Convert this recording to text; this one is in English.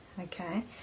okay